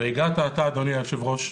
אתה, אדוני היושב-ראש,